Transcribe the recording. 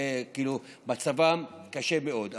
ומצבם קשה מאוד.